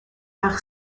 par